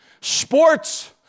sports